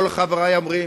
כל חברי אומרים: